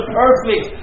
perfect